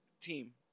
team